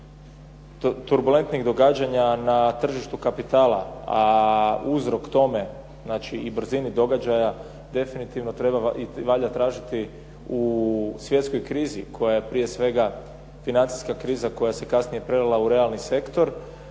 turbulentnijih događanja na tržištu kapitala, a uzrok tome, znači i brzini događaja definitivno valja tražiti u svjetskoj krizi koja je prije svega financijska kriza koja se kasnije prelila u realni sektor.